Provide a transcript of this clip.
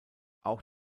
auch